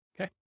Okay